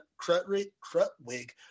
Crutwig